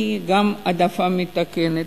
גם העדפה מתקנת.